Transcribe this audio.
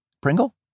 Pringle